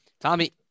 Tommy